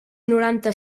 noranta